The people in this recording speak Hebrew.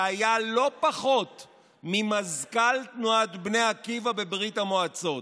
שהיה לא פחות ממזכ"ל בני עקיבא בברית המועצות,